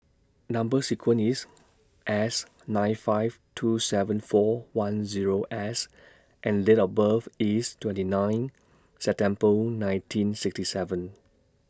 Number sequence IS S nine five two seven four one Zero S and Date of birth IS twenty nine September nineteen sixty seven